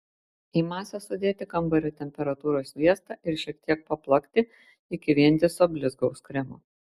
į masę sudėti kambario temperatūros sviestą ir šiek tiek paplakti iki vientiso blizgaus kremo